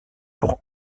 pour